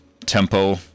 tempo